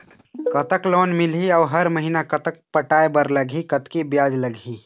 कतक लोन मिलही अऊ हर महीना कतक पटाए बर लगही, कतकी ब्याज लगही?